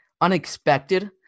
unexpected